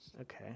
Okay